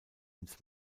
ins